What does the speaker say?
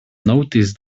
noticed